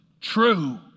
true